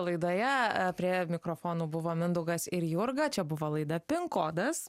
laidoje prie mikrofonų buvo mindaugas ir jurga čia buvo laida pin kodas